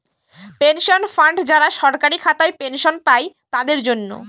pension fund যারা সরকারি খাতায় পেনশন পাই তাদের জন্য